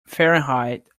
fahrenheit